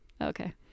okay